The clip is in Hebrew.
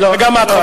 וגם את,